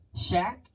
Shaq